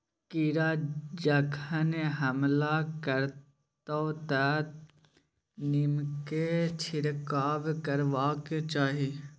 कीड़ा जखन हमला करतै तँ नीमकेर छिड़काव करबाक चाही